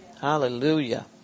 Hallelujah